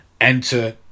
Enter